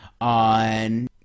on